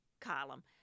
column